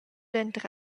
denter